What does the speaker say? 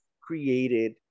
created